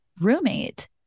roommate